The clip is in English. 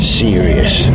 serious